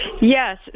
Yes